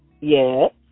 Yes